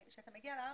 כשדאתה מגיע לארץ,